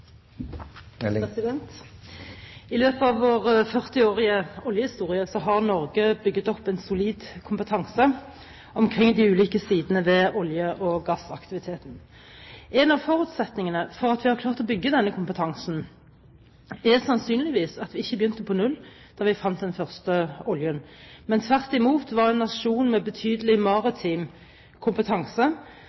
I løpet av vår 40-årige oljehistorie har Norge bygget opp en solid kompetanse omkring de ulike sidene ved olje- og gassaktiviteten. En av forutsetningene for at vi har klart å bygge denne kompetansen, er sannsynligvis at vi ikke begynte på null da vi fant den første oljen, men tvert imot var en nasjon med betydelig maritim kompetanse,